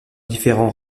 différents